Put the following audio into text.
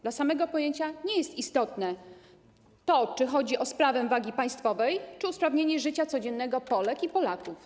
Dla samego pojęcia nie jest istotne to, czy chodzi o sprawę wagi państwowej, czy o usprawnienie życia codziennego Polek i Polaków.